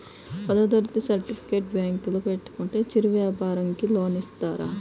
పదవ తరగతి సర్టిఫికేట్ బ్యాంకులో పెట్టుకుంటే చిరు వ్యాపారంకి లోన్ ఇస్తారా?